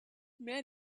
met